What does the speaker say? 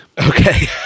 Okay